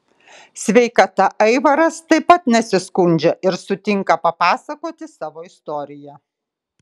sveikata aivaras taip pat nesiskundžia ir sutinka papasakoti savo istoriją